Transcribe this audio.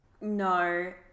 no